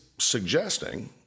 Suggesting